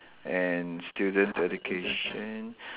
and student education